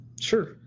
Sure